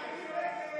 מעצרים)